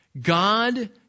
God